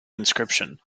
inscription